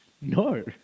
No